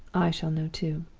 i shall know too!